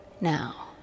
now